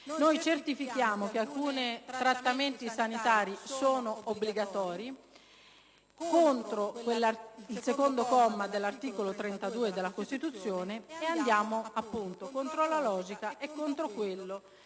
certifichiamo che alcuni trattamenti sanitari sono obbligatori, contro il secondo comma dell'articolo 32 della Costituzione, e andiamo contro la logica e contro quanto